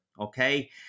okay